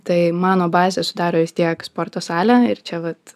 tai mano bazę sudaro vis tiek sporto salė ir čia vat